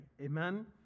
Amen